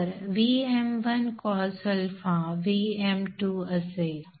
तर Vm1cosα Vm2 असेल